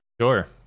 Sure